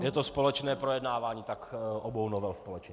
Je to společné projednávání, tak obou novel společně.